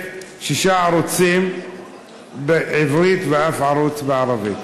שישה ערוצים בעברית ואף לא ערוץ אחד בערבית?